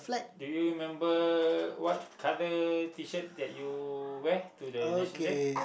do you remember what colour T shirt that you wear to the National Day